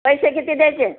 पैसे किती द्यायचे